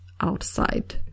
outside